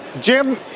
Jim